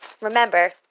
remember